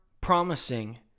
promising